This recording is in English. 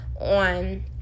on